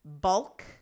bulk